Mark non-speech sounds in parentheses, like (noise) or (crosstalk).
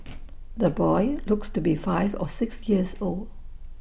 (noise) the boy looks to be five or six years old